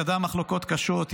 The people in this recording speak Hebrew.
ידעה מחלוקות קשות,